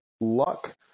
luck